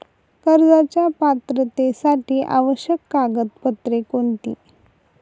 कर्जाच्या पात्रतेसाठी आवश्यक कागदपत्रे कोणती?